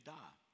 die